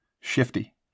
shifty